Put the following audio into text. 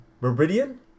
Meridian